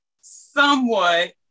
somewhat